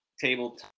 table